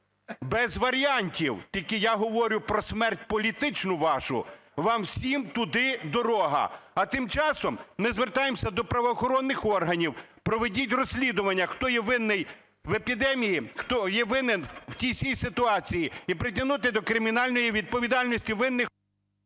без варіантів". Тільки я говорю про смерть політичну вашу. Вам всім туди дорога. А тим часом ми звертаємося до правоохоронних органів. Проведіть розслідування, хто є винний в епідемії, хто є винний в цій всій ситуації. І притягнути до кримінальної відповідальності винних…